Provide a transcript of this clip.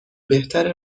بهتره